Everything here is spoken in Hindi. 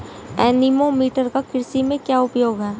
एनीमोमीटर का कृषि में क्या उपयोग है?